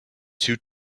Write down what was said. two